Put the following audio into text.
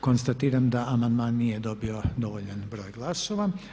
Konstatiram da amandman nije dobio dovoljan broj glasova.